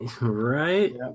Right